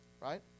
Right